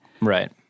Right